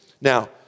Now